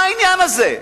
מה העניין הזה?